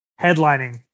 Headlining